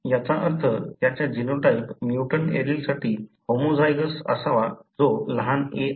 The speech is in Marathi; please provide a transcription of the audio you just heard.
याचा अर्थ त्याचा जीनोटाइप म्यूटंट एलीलसाठी होमोझायगोस असावा जो लहान a आहे